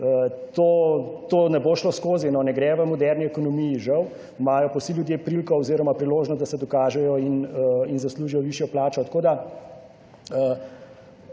to ne bo šlo skozi, ne gre v moderni ekonomiji, žal. Imajo pa vsi ljudje priliko oziroma priložnost, da se dokažejo in zaslužijo višjo plačo. Tako da